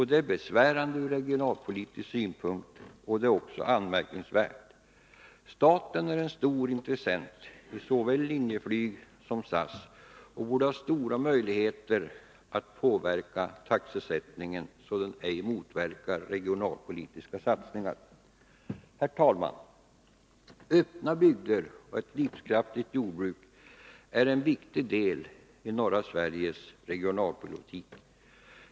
Detta är besvärande från regionalpolitisk synpunkt och även anmärkningsvärt. Staten är en stor intressent i såväl Linjeflyg som SAS och borde ha stora möjligheter att påverka taxesättningen så att den ej motverkar regionalpolitiska satsningar. Herr talman! Öppna bygder och ett livskraftigt jordbruk är en viktig del i norra Sveriges regionalpolitik.